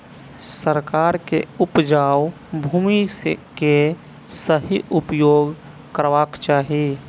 सरकार के उपजाऊ भूमि के सही उपयोग करवाक चाही